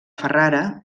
ferrara